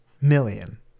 million